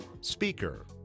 speaker